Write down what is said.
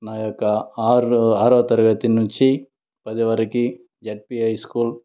నా యొక్క ఆర్ ఆరో తరగతి నుంచి పది వరకి జెడ్పి హై స్కూల్